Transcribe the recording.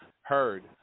heard